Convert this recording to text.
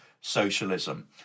socialism